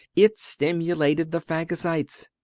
it stimulated the phagocytes.